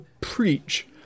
preach